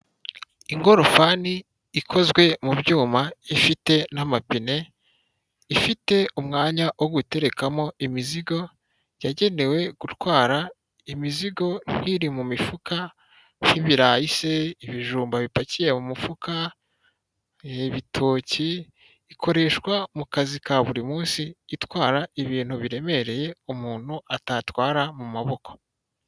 Ingorofani ikozwe mu byuma ifite n'amapine, ifite umwanya wo guterekamo imizigo, yagenewe gutwara imizigo nk'iri mu mifuka, nk'ibirayi se, ibijumba bipakiye mu mufuka, ibitoki, ikoreshwa mu kazi ka buri munsi itwara ibintu biremereye umuntu atatwara mu maboko.